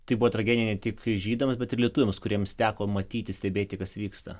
tai buvo tragedija ne tik žydam bet ir lietuviams kuriems teko matyti stebėti kas vyksta